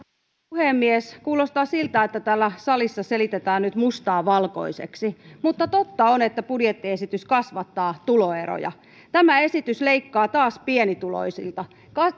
puhemies kuulostaa siltä että täällä salissa selitetään nyt mustaa valkoiseksi mutta totta on että budjettiesitys kasvattaa tuloeroja tämä esitys leikkaa taas pienituloisilta